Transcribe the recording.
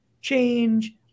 change